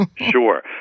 Sure